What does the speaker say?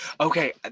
Okay